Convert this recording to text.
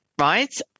right